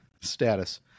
status